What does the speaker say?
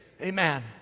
amen